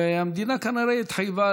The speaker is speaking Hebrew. והמדינה כנראה התחייבה.